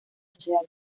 sociedad